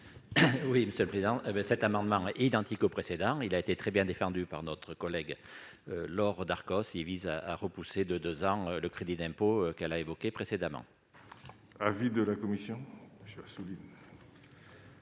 Oui, monsieur le président, cet amendement est identique au précédent, il a été très bien défendu par notre collègue Laure Darcos si vise à à repousser de 2 ans, le crédit d'impôt, qu'elle a évoqué précédemment. Avis de la commission